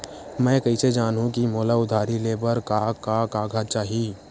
मैं कइसे जानहुँ कि मोला उधारी ले बर का का कागज चाही?